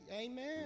amen